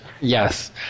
Yes